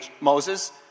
Moses